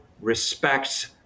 respects